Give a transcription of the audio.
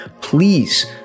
please